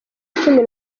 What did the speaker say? cumi